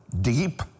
Deep